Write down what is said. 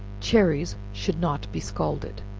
cherries should not be scalded.